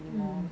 mm